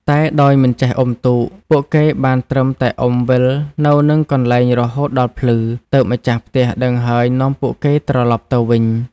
តែដោយមិនចេះអុំទូក ពួកគេបានត្រឹមតែអុំវិលនៅនឹងកន្លែងរហូតដល់ភ្លឺ ទើបម្ចាស់ផ្ទះដឹងហើយនាំពួកគេត្រឡប់ទៅវិញ ។